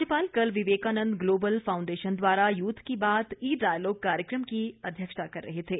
राज्यपाल कल Vivekananda global foundation द्वारा यूथ की बात ई डायलॉग कार्यक्रम की अध्यक्षता कर रहे थे